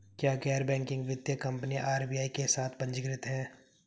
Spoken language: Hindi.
क्या गैर बैंकिंग वित्तीय कंपनियां आर.बी.आई के साथ पंजीकृत हैं?